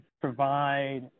provide